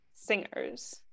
singers